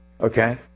Okay